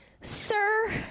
sir